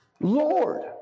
Lord